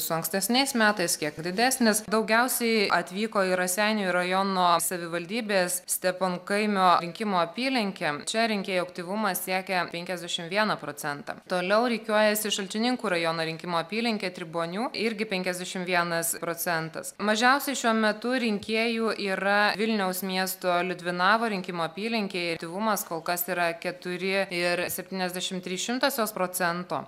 su ankstesniais metais kiek didesnis daugiausiai atvyko į raseinių rajono savivaldybės steponkaimio rinkimų apylinkę čia rinkėjų aktyvumas siekia penkiasdešim vieną procentą toliau rikiuojasi šalčininkų rajono rinkimų apylinkė tribonių irgi penkiasdešim vienas procentas mažiausiai šiuo metu rinkėjų yra vilniaus miesto liudvinavo rinkimų apylinkėje aktyvumas kol kas yra keturi ir septyniasdešimt trys šimtosios procento